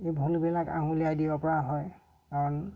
এই ভুলবিলাক আঙুলিয়াই দিব পৰা হয় কাৰণ